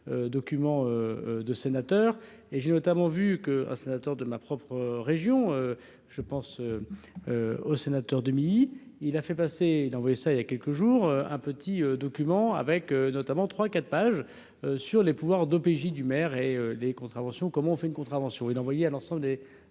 documents de sénateurs et j'ai notamment vu que ah, sénateur de ma propre région, je pense au sénateur Demilly, il a fait passer d'envoyer ça il y a quelques jours un petit document avec notamment trois quatre pages sur les pouvoirs d'OPJ du maire et les contraventions, comment on fait une contravention